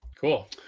Cool